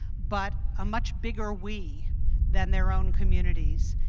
but a much bigger we than their own communities.